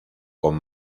con